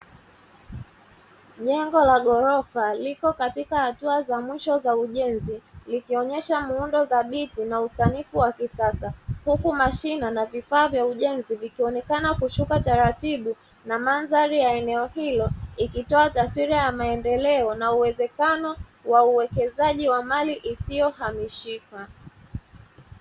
Jengo la ghorofa liko katika hatua za mwisho za ujenzi likionyesha muundo dhabiti na usanifu wa kisasa. Huku mashine na vifaa vya ujenzi vikionekana kushuka taratibu na mandhari ya eneo hilo, ikitoa taswira ya maendeleo na uwezekano wa uwekezaji wa mali isiyo hamishika.